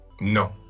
no